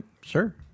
Sure